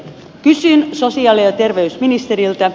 kysyn sosiaali ja terveysministeriltä